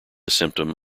symptom